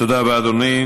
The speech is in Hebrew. תודה רבה, אדוני.